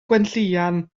gwenllian